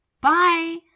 Bye